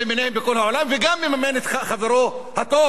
וגם מממן את חברו הטוב של נתניהו,